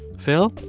phil,